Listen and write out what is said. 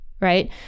right